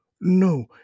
No